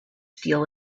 steal